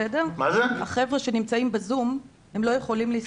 החבר'ה שנמצאים ב-זום לא יכולים להסתייג.